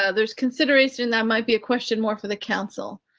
ah there's consideration that might be a question more for the council.